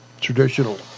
traditional